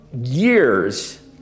years